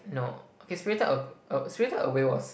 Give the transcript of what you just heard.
no okay spirited a~ a spirited away was